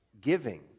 giving